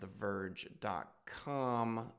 TheVerge.com